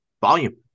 Volume